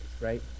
right